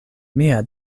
mia